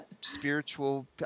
spiritual